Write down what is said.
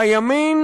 הימין